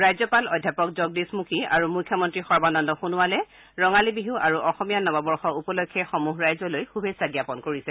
ৰাজ্যপাল অধ্যাপক জগদীশ মুখী আৰু মুখ্যমন্ত্ৰী সৰ্বানন্দ সোণোৱালে ৰঙালী বিহু আৰু অসমীয়া নৱবৰ্ষ উপলক্ষে সমূহ ৰাইজলৈ শুভেচ্ছা জ্ঞাপন কৰিছে